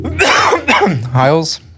Hiles